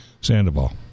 Sandoval